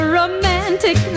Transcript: romantic